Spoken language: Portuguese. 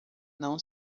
não